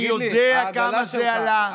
אני יודע כמה זה עלה.